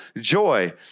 joy